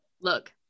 Look